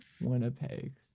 Winnipeg